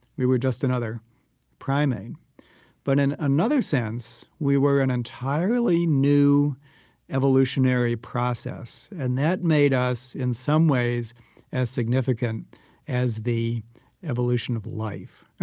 we were just another primate but in another sense, we were an entirely new evolutionary process and that made us in some ways as significant as the evolution of life.